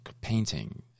painting